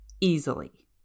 easily